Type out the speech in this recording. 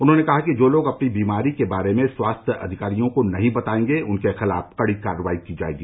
उन्होंने कहा है कि जो लोग अपनी बीमारी के बारे में स्वास्थ्य अधिकारियों को नहीं बताएंगे उनके खिलाफ कड़ी कार्रवाई की जाएगी